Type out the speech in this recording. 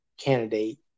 candidate